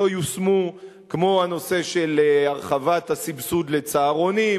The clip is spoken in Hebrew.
כמו הנושא של הרחבת הסבסוד לצהרונים,